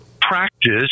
practice